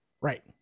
right